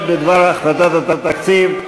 ההסתייגויות בדבר הפחתת התקציב.